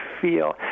feel